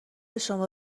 شما